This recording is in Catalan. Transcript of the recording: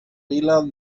vila